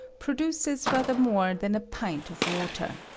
produces rather more than a pint of water.